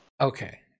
okay